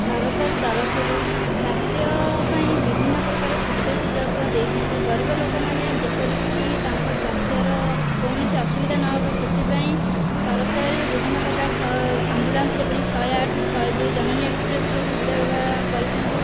ସରକାର ତରଫରୁ ସ୍ୱାସ୍ଥ୍ୟ ପାଇଁ ବିଭିନ୍ନ ପ୍ରକାର ସୁବିଧା ସୁଯୋଗ ଦେଇଛନ୍ତି ଗରିବ ଲୋକମାନେ ଯେପରିକି ତାଙ୍କ ସ୍ୱାସ୍ଥ୍ୟର କୌଣସି ଅସୁବିଧା ନ ହେବ ସେଥିପାଇଁ ସରକାରୀ ବିଭିନ୍ନ ପ୍ରକାର ସ୍ ଆମ୍ବୁଲାନ୍ସ ଯେପରି ଶହେ ଆଠେ ଶହେ ଦୁଇ ଜନନୀ ଏକ୍ସପ୍ରେସର ସୁବିଧା ବ୍ୟବହାର କରିଛନ୍ତି